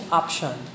option